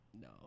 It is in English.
No